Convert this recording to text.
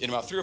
in about three